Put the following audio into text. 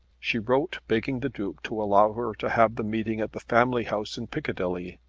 she wrote begging the duke to allow her to have the meeting at the family house in piccadilly,